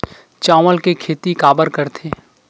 चावल के खेती काबर करथे?